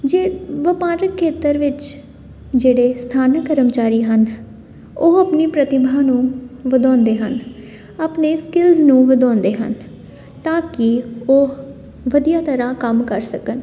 ਜੇ ਵਪਾਰਕ ਖੇਤਰ ਵਿੱਚ ਜਿਹੜੇ ਸਥਾਨਕ ਕਰਮਚਾਰੀ ਹਨ ਉਹ ਆਪਣੀ ਪ੍ਰਤਿਭਾ ਨੂੰ ਵਧਾਉਂਦੇ ਹਨ ਆਪਣੇ ਸਕਿੱਲਸ ਨੂੰ ਵਧਾਉਂਦੇ ਹਨ ਤਾਂ ਕਿ ਉਹ ਵਧੀਆ ਤਰ੍ਹਾਂ ਕੰਮ ਕਰ ਸਕਣ